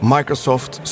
Microsoft